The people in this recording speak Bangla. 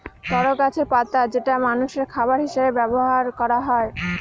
তরো গাছের পাতা যেটা মানষের খাবার হিসেবে ব্যবহার করা হয়